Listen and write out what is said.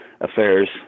Affairs